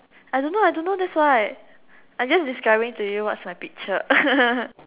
I don't know I don't know that's why I just describing to you what's my picture